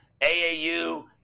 AAU